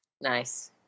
Nice